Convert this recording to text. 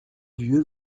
vieux